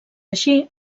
així